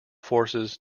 forces